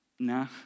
Nah